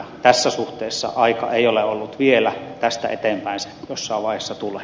tässä suhteessa aika ei ole ollut vielä tästä eteenpäin se jossain vaiheessa tulee